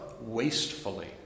wastefully